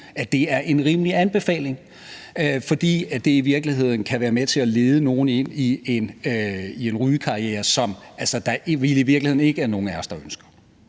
er det en rimelig anbefaling, fordi de ting i virkeligheden kan være med til at lede nogen ind i en rygekarriere, hvilket der vel i virkeligheden ikke er nogen af os der ønsker.